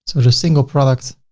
so to a single product,